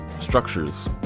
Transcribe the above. structures